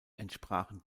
entsprachen